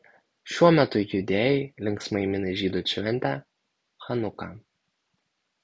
šiuo metu judėjai linksmai mini žydų šventę chanuką